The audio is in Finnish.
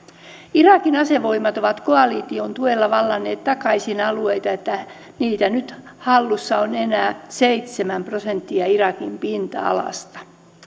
irakin asevoimat ovat koalition tuella vallanneet takaisin alueita niin että niitä on nyt isilin hallussa enää seitsemän prosenttia irakin pinta alasta